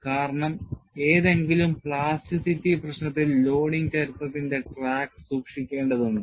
കാരണം ഏതെങ്കിലും പ്ലാസ്റ്റിറ്റി പ്രശ്നത്തിൽ ലോഡിംഗ് ചരിത്രത്തിന്റെ ട്രാക്ക് സൂക്ഷിക്കേണ്ടതുണ്ട്